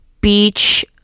beach